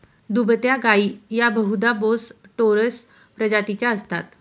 दुभत्या गायी या बहुधा बोस टोरस प्रजातीच्या असतात